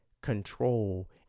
control